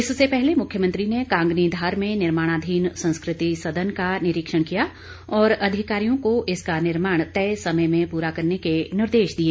इससे पहले मुख्यमंत्री ने कांगनीधार में निर्माणाधीन संस्कृति सदन का निरीक्षण किया और अधिकारियों को इसका निर्माण तय समय में पूरा करने के निर्देश दिए